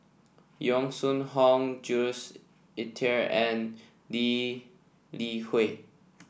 Yong Shu Hoong Jules Itier and Lee Li Hui